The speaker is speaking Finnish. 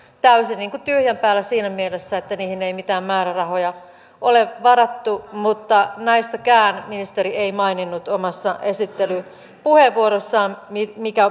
täysin tyhjän päällä siinä mielessä että niihin ei mitään määrärahoja ole varattu mutta näistäkään ministeri ei maininnut omassa esittelypuheenvuorossaan mikä